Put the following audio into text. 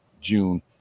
June